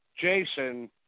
Jason